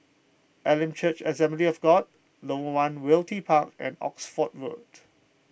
Elim Church Assembly of God Lorong one Realty Park and Oxford Road